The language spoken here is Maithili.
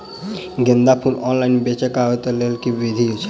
गेंदा फूल ऑनलाइन बेचबाक केँ लेल केँ विधि छैय?